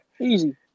Easy